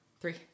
Three